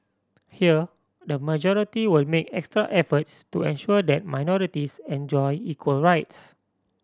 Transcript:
here the majority will make extra efforts to ensure that minorities enjoy equal rights